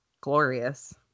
glorious